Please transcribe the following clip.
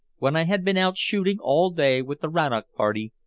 when i had been out shooting all day with the rannoch party,